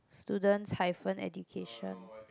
students hyphen education